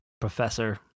professor